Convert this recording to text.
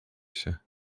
się